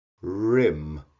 rim